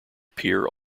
appear